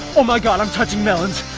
oh my god! i'm touching melons!